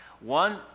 One